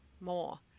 more